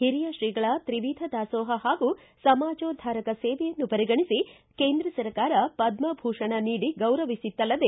ಹಿರಿಯ ಶ್ರೀಗಳ ತ್ರಿವಿಧ ದಾಸೋಹ ಹಾಗೂ ಸಮಾಜೋದ್ದಾರಕ ಸೇವೆಯನ್ನು ಪರಿಗಣಿಸಿ ಕೇಂದ್ರ ಸರ್ಕಾರ ಪದ್ದಭೂಷಣ ನೀಡಿ ಗೌರವಿಸಿತ್ತಲ್ಲದೆ